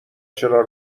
چرا